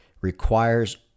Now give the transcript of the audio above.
requires